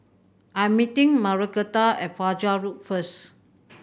I'm meeting Margretta at Fajar Road first